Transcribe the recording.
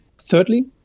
thirdly